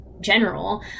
general